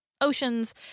oceans